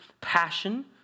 passion